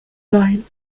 sein